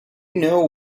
know